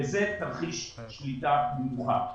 וזה תרחיש שליטה מובהק.